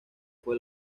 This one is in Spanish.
fue